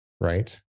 right